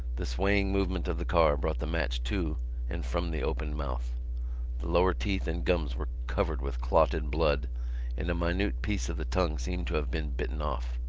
the swaying movement of the car brought the match to and from the opened mouth. the lower teeth and gums were covered with clotted blood and a minute piece of the tongue seemed to have been bitten off.